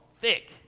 Thick